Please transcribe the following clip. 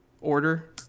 order